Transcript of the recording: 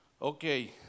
Okay